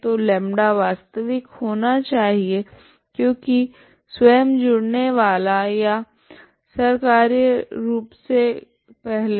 तो λ वास्तविक होना चाहिए क्योकि स्वयं जुडने वाला या सर कार्य रूप मे पहले